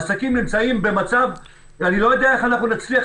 עסקים נמצאים במצב אני לא יודע איך אנחנו נצליח